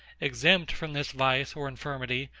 exempt from this vice or infirmity,